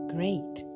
Great